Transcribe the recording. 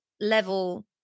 level